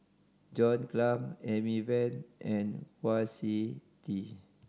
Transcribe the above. John Clang Amy Van and Kwa Siew Tee